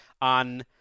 on